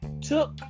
took